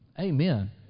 Amen